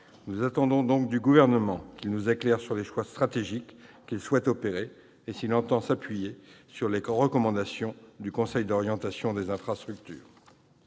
Nous attendons du Gouvernement qu'il nous éclaire sur les choix stratégiques qu'il souhaite opérer et qu'il nous indique s'il entend s'appuyer sur les recommandations du Conseil d'orientation des infrastructures.